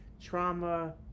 trauma